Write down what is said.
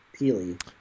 peely